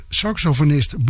saxofonist